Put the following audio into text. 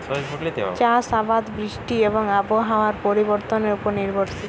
চাষ আবাদ বৃষ্টি এবং আবহাওয়ার পরিবর্তনের উপর নির্ভরশীল